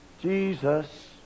Jesus